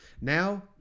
Now